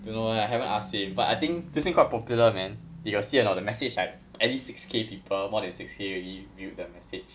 don't know eh I haven't asked him but I think this thing quite popular man you got see or not the message like at least six K people more than six K already viewed the message